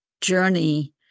journey